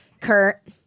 Kurt